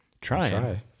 Try